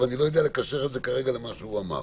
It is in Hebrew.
אבל אני לא יודע לקשר את זה למה שהוא אמר.